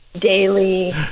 daily